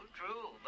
true